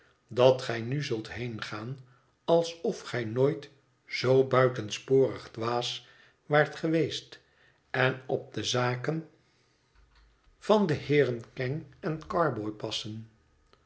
dat gij nu zult heengaan alsof gij nooit zoo buitensporig dwaas waart geweest en op de zaken van de heeren kenge en carboy passen